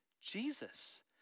Jesus